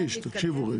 תקשיבו.